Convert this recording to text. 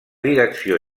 direcció